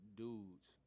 dudes